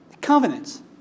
covenants